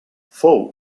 fou